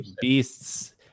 Beasts